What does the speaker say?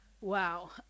Wow